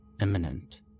imminent